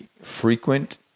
frequent